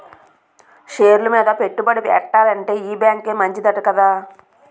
షేర్లు మీద పెట్టుబడి ఎట్టాలంటే ఈ బేంకే మంచిదంట కదా